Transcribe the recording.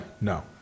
No